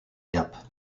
yap